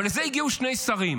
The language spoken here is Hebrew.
אבל לזה הגיעו שני שרים.